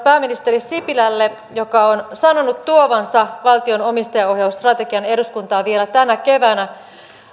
pääministeri sipilälle joka on sanonut tuovansa valtion omistajaohjausstrategian eduskuntaan vielä tänä keväänä